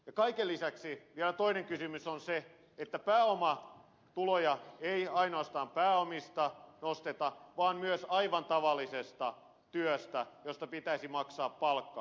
ja kaiken lisäksi vielä toinen kysymys on se että pääomatuloja ei ainoastaan pääomista nosteta vaan myös aivan tavallisesta työstä josta pitäisi maksaa palkkaa